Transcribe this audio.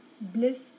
bliss